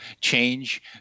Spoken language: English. change